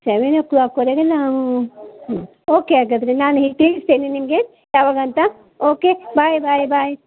seven o'clock ವರೆಗೆ ನಾವು ಹ್ಞೂ ಓಕೆ ಹಾಗಾದ್ರೆ ನಾನು ಹಿ ತಿಳಿಸ್ತೇನೆ ನಿಮಗೆ ಯಾವಾಗ ಅಂತ ಓಕೆ ಬಾಯ್ ಬಾಯ್ ಬಾಯ್